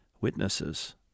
witnesses